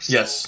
Yes